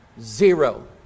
Zero